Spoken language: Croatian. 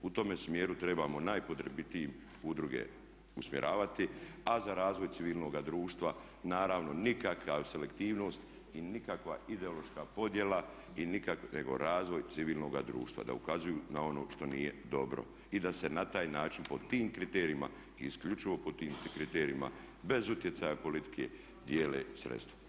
U tome smjeru trebamo najpotrebitijim udruge usmjeravati a za razvoj civilnoga društva naravno nikakva selektivnost i nikakva ideološka podjela, nego razvoj civilnoga društva da ukazuju na ono što nije dobro i da se na taj način, po tim kriterijima i isključivo pod tim kriterijima bez utjecaja politike dijele sredstva.